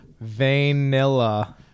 Vanilla